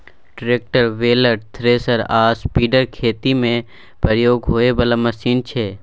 tractor, baler, thresher आ spreader खेती मे प्रयोग होइ बला मशीन छै